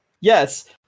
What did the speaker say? Yes